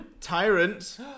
Tyrant